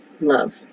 love